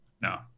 no